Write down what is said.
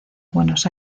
buenos